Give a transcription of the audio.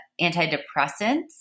Antidepressants